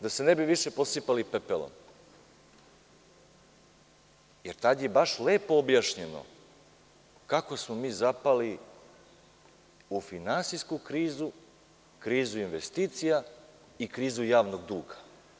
Da se ne bi više posipali pepelom, jer tada je baš lepo objašnjeno kako smo mi zapali u finansijsku krizu, krizu investiciju i krizu javnog duga.